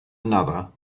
another